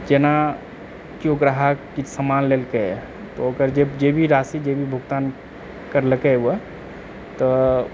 जेना कियो ग्राहक किछु समान लेलकै तऽ ओकर जे जे भी राशि जे भी भुगतान करलकैए तऽ